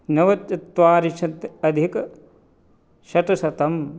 नवचत्वारिंशत् अधिकशतशतम्